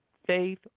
Faith